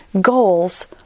goals